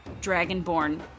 dragonborn